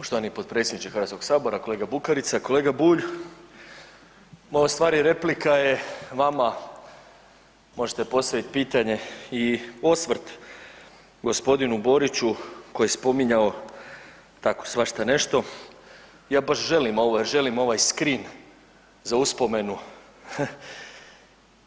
Poštovani potpredsjedniče Hrvatskog sabora, kolega Bukarica, kolega Bulj moja u stvari replika je vama možete postavit pitanje i osvrt gospodinu Boriću koji je spominjao tako svašta nešto, ja baš želim ovaj, želim ovaj skrin za uspomenu,